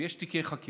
ויש תיקי חקירה,